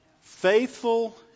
Faithful